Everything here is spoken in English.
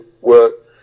work